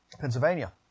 Pennsylvania